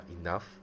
enough